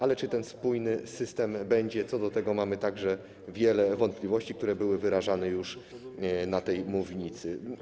Ale czy ten spójny system będzie, co do tego mamy także wiele wątpliwości, które były wyrażane już z tej mównicy.